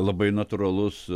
labai natūralus